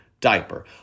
diaper